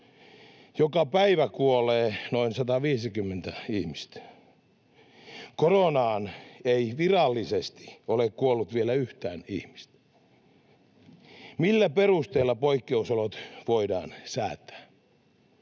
joka päivä kuolee noin 150 ihmistä. Koronaan ei virallisesti ole kuollut vielä yhtään ihmistä. Millä perusteella poikkeusolot voidaan säätää?